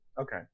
okay